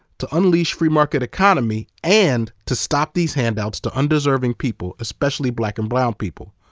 to unleash free market economy and to stop these handouts to undeserving people, especially black and brown people.